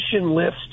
list